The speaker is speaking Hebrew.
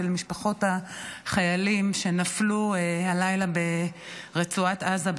משפחות החיילים שנפלו הלילה ברצועת עזה,